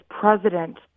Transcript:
president